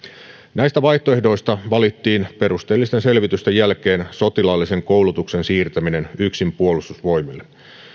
näistä vaihtoehdoista valittiin perusteellisten selvitysten jälkeen sotilaallisen koulutuksen siirtäminen yksin puolustusvoimille